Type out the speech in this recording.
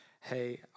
hey